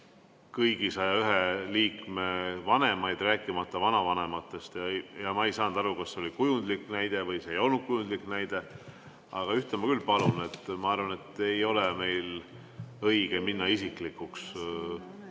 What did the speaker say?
kõigi 101 liikme vanemaid, rääkimata vanavanematest, ja ma ei saanud aru, kas see oli kujundlik näide või see ei olnud kujundlik näide. Aga ühte ma küll palun: ma arvan, et meil ei ole õige minna isiklikuks.